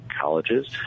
colleges